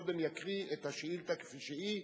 קודם יקריא את השאילתא כפי שהיא.